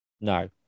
No